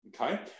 Okay